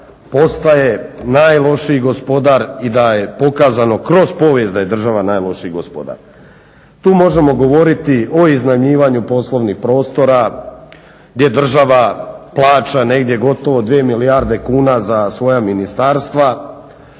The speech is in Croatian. postaje najlošiji gospodar i da je pokazano kroz povijest da je država najlošiji gospodar. Tu možemo govoriti o iznajmljivanju poslovnih prostora gdje država plaća negdje gotovo 2 milijarde kuna za svoja ministarstva,